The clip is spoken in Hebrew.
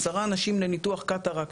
עשרה אנשים לניתוח קטרקט.